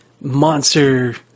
monster